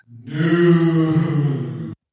news